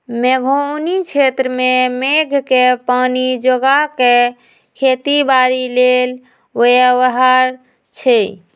मेघोउनी क्षेत्र में मेघके पानी जोगा कऽ खेती बाड़ी लेल व्यव्हार छै